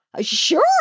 Sure